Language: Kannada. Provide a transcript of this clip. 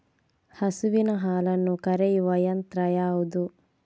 ಹಸುವಿನ ಹಾಲನ್ನು ಕರೆಯುವ ಯಂತ್ರ ಯಾವುದು?